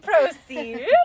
proceed